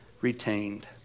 retained